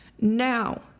Now